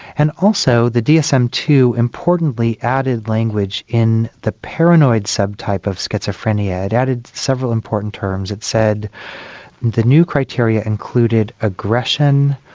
and also the dsm two importantly added language in the paranoid sub-type of schizophrenia, it added several important terms, it said the new criteria included aggression,